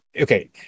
Okay